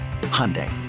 Hyundai